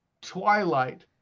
Twilight